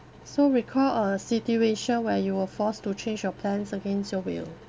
so recall a situation where you were forced to change your plans against your will